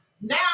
Now